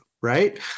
right